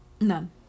None